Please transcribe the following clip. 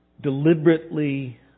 Deliberately